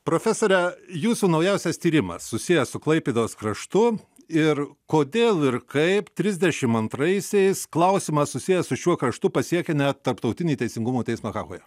profesore jūsų naujausias tyrimas susijęs su klaipėdos kraštu ir kodėl ir kaip trisdešim antraisiais klausimas susijęs su šiuo kraštu pasiekė net tarptautinį teisingumo teismą hagoje